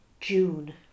June